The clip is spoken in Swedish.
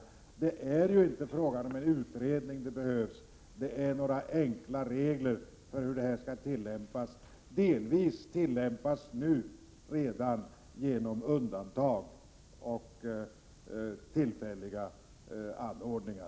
Det är inte en utredning som behövs utan några enkla regler för hur detta skall tillämpas. Nu sker tillämpningen delvis genom undantag och tillfälliga anordningar.